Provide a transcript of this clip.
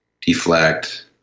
deflect